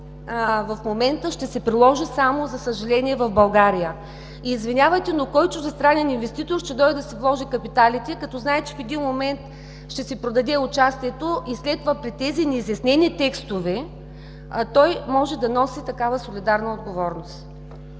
в момента ще се приложи, за съжаление, само в България. Извинявайте, но кой чуждестранен инвеститор ще дойде да си вложи капиталите, като знае, че в един момент ще си продаде участието и след това при тези неизяснени текстове той може да носи такава солидарна отговорност?